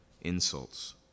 insults